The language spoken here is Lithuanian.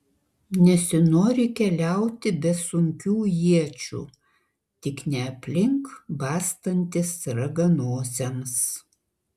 nesinori keliauti be sunkių iečių tik ne aplink bastantis raganosiams